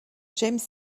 james